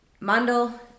Mandel